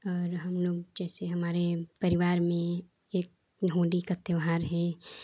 और हमलोग जैसे हमारे परिवार में एक होली का त्योहार है